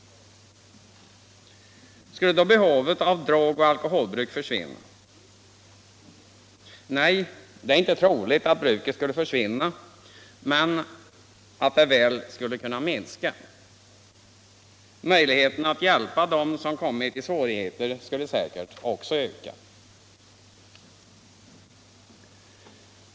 Skulle då behovet av drogoch alkoholbruk försvinna? Nej, det är inte troligt att bruket skulle försvinna, men väl att det skulle kunna minskas. Möjligheten att hjälpa dem som kommit i svårigheter skulle säkert också öka.